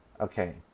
Okay